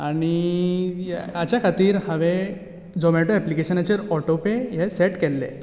आनी हाच्या खातीर हांवें झोमॅटो एप्लिकॅशनाचेर ऑटोपे हें सॅट केल्लें